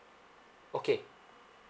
okay